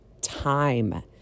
time